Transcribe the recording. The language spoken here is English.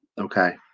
okay